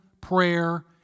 prayer